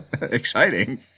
exciting